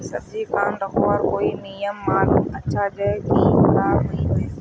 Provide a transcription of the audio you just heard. सब्जी खान रखवार कोई नियम मालूम अच्छा ज की खराब नि होय?